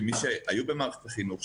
כמי שהיו במערכת החינוך,